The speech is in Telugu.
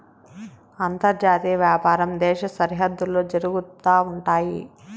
అంతర్జాతీయ వ్యాపారం దేశ సరిహద్దుల్లో జరుగుతా ఉంటయి